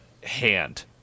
hand